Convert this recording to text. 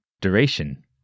duration